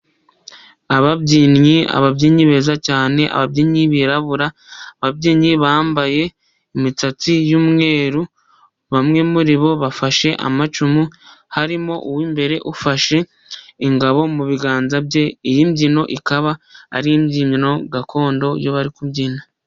Ababyinnyi, ababyinnyi beza cyane, ababyinnyi birabura, ababyinnyi bambaye imisatsi y'umweru, bamwe muri bo bafashe amacumu, harimo uw'imbere ufashe ingabo mu biganza bye, iyi mbyino ikaba ari imbyino gakondo, iyo bari kubyina.